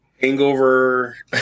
hangover